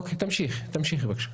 תמשיכי בבקשה.